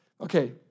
Okay